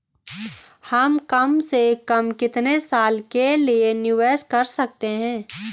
हम कम से कम कितने साल के लिए निवेश कर सकते हैं?